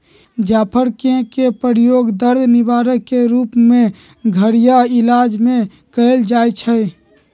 जाफर कें के प्रयोग दर्द निवारक के रूप में घरइया इलाज में कएल जाइ छइ